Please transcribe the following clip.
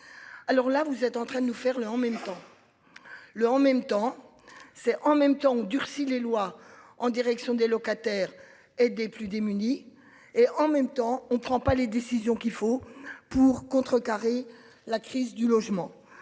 Alors là vous êtes en train de nous faire le en même temps. Le en même temps, c'est en même temps que durcit les lois en direction des locataires et des plus démunis et en même temps on prend pas les décisions qu'il faut pour contrecarrer la crise du logement,